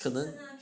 可能